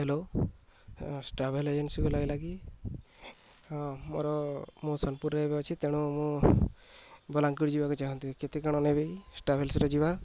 hello travel ଏଜେନ୍ସିକୁ ଲାଗିଲା କି ହଁ ମୋର ମୁଁ ସୋନପୁରରେ ଏବେ ଅଛି ତେଣୁ ମୁଁ ବଲାଙ୍ଗିର ଯିବାକୁ ଚାହୁଁଛି କେତେ କାଣ ନେବେ ଟ୍ରାଭେଲ୍ସରେ ଯିବା